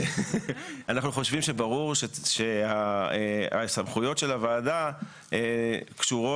אנחנו חושבים שברור שהסמכויות של הוועדה קשורות,